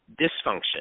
dysfunction